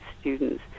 students